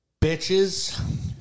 bitches